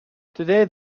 today